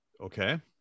Okay